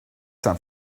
time